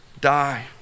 die